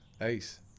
ace